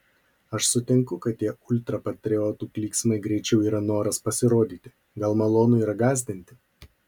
aš sutinku kad tie ultrapatriotų klyksmai greičiau yra noras pasirodyti gal malonu yra gąsdinti